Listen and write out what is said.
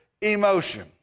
emotion